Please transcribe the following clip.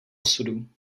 osudu